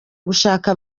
gushaka